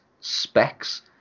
specs